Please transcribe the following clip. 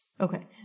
Okay